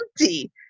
empty